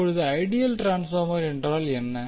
இப்போது ideal transformer என்றால் என்ன